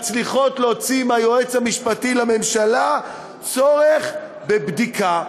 מצליחות להוציא מהיועץ המשפטי לממשלה צורך בבדיקה.